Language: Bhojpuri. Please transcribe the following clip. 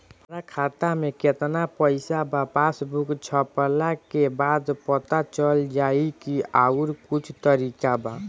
हमरा खाता में केतना पइसा बा पासबुक छपला के बाद पता चल जाई कि आउर कुछ तरिका बा?